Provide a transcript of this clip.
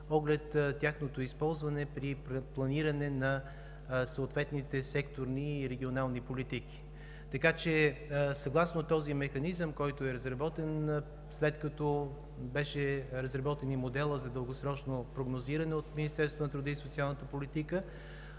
оглед тяхното използване при планиране на съответните секторни и регионални политики. Съгласно този механизъм, който е разработен след като беше разработен и моделът за дългосрочно прогнозиране от Министерството на труда и социалната политика,